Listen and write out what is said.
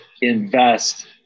invest